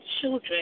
children